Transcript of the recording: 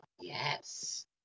yes